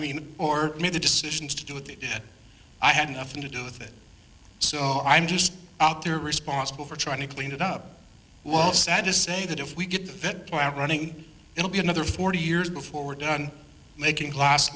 mean or made the decisions to do what they did i had nothing to do with it so i'm just out there responsible for trying to clean it up well sad to say that if we get hit by running it'll be another forty years before we're done making las